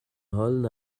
حال